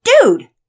Dude